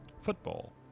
Football